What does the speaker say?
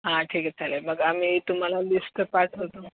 हां ठीक आहे चालेल मग आम्ही तुम्हाला लिस्ट पाठवतो